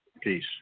Peace